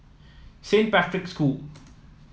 Saint Patrick's School